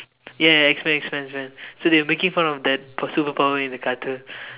ya ya X-men X-men X-men so they were making fun of that superhero in the cartoon